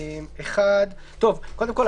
קודם כול,